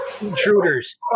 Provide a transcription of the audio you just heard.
Intruders